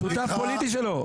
הוא שותף פוליטי שלו.